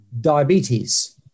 diabetes